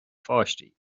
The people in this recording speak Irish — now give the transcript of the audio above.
pháistí